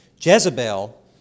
Jezebel